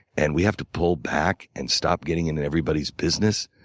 and we have to pull back and stop getting into everybody's business